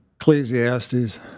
Ecclesiastes